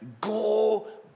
Go